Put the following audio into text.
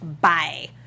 Bye